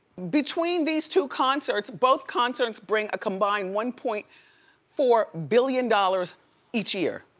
between these two concerts, both concerts bring a combined one point four billion dollars each year.